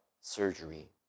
surgery